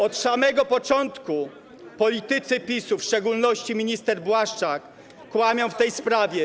Od samego początku politycy PiS-u, w szczególności minister Błaszczak, kłamią w tej sprawie.